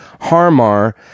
Harmar